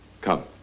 Come